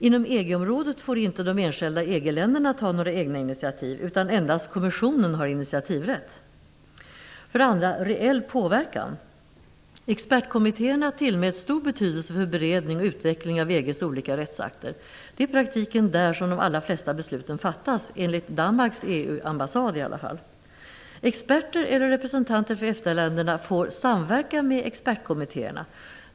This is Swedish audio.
Inom EG området får inte de enskilda EG-länderna ta några egna initiativ, utan endast kommissionen har initiativrätt. För det andra: EES-avtalet ger oss reell påverkan. Expertkommittéerna tillmäts stor betydelse för beredning och utveckling av EG:s olika rättsakter. Det är i praktiken där som de allra flesta besluten fattas, enligt Danmarks EU-ambassad. Experter eller representanter för EFTA-länderna får samverka med expertkommittéerna.